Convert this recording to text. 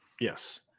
Yes